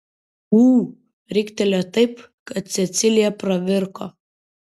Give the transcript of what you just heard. ū riktelėjo taip kad cecilija pravirko